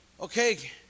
okay